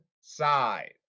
side